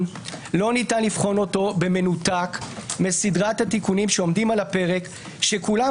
לא ניתן לבחון אותו במנותק מסדרת התיקונים שעומדים על הפרק שכולם